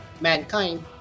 Mankind